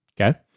Okay